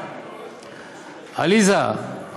עליזה,